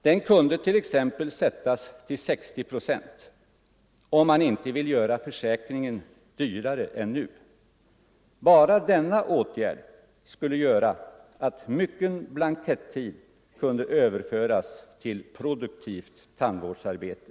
Den kunde t.ex. sättas till 60 procent, om man inte vill att försäkringen skall bli dyrare än nu. Bara denna åtgärd skulle göra att mycken blankettid kunde över föras till produktivt tandvårdsarbete.